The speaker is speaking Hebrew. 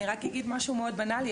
אני רק אגיד משהו מאוד בנאלי.